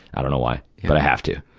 i dunno why, but i have to.